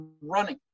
running